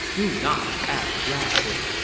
do not act rashly.